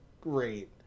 great